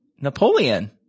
Napoleon